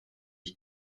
ich